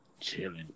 Chilling